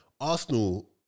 Arsenal